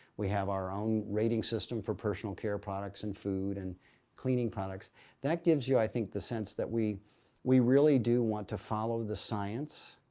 we have our own rating system for personal care products and food and cleaning products that gives you, i think, the sense that we we really do want to follow the science.